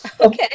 Okay